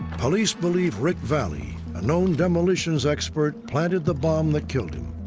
police believe rick vallee, a known demolitions expert, planted the bomb that killed him.